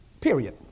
period